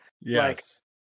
yes